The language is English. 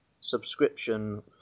subscription